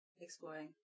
exploring